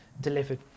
delivered